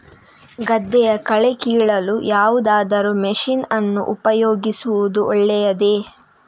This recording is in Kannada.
ಗದ್ದೆಯ ಕಳೆ ಕೀಳಲು ಯಾವುದಾದರೂ ಮಷೀನ್ ಅನ್ನು ಉಪಯೋಗಿಸುವುದು ಒಳ್ಳೆಯದೇ?